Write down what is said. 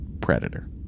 Predator